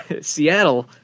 Seattle